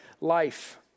life